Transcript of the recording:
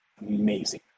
amazing